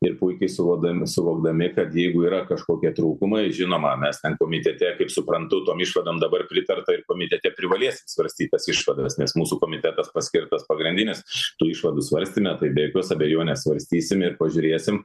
ir puikiai suvokdami suvokdami kad jeigu yra kažkokie trūkumai žinoma mes ten komitete kaip suprantu tom išvadom dabar pritarta ir komitete privalės svarstyt tas išvados nes mūsų komitetas paskirtas pagrindinis šitų išvadų svarstyme tai be jokios abejonės svarstysim ir pažiūrėsim